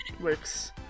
works